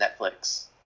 Netflix